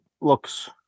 looks